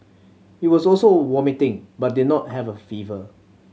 he was also vomiting but did not have a fever